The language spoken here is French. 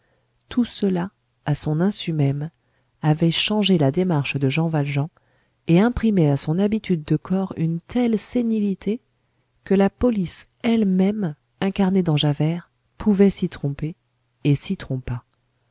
tout cela à son insu même avait changé la démarche de jean valjean et imprimé à son habitude de corps une telle sénilité que la police elle-même incarnée dans javert pouvait s'y tromper et s'y